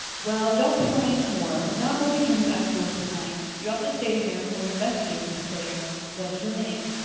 well, don't cry any more. we're not going to turn you out-of-doors to-night. you'll have to stay here until we investigate this affair. what's your name?